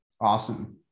Awesome